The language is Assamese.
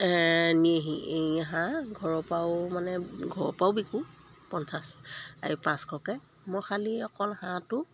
নিয়েহি এই হাঁহ ঘৰৰপৰাও মানে ঘৰৰপৰাও বিকো পঞ্চাছ আৰু পাঁচশকৈ মই খালী অকল হাঁহটো